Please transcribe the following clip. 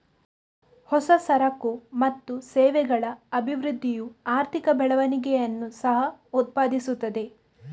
ಹೊಸ ಸರಕು ಮತ್ತು ಸೇವೆಗಳ ಅಭಿವೃದ್ಧಿಯು ಆರ್ಥಿಕ ಬೆಳವಣಿಗೆಯನ್ನು ಸಹ ಉತ್ಪಾದಿಸುತ್ತದೆ